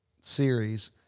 series